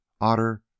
Otter